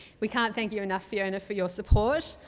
we can't thank you enough fiona for your support.